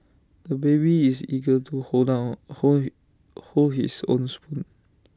the baby is eager to hold down hold he hold his own spoon